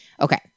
okay